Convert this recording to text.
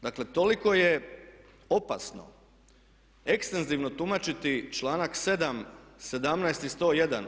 Dakle, toliko je opasno ekstenzivno tumačiti članak 7., 17. i 101.